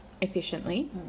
efficiently